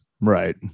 Right